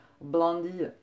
blondie